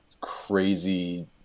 crazy